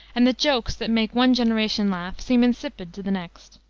and that jokes that make one generation laugh seem insipid to the next.